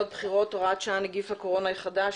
(בחירות) (הוראת שעה נגיף הקורונה החדש),